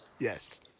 Yes